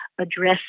address